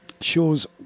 shows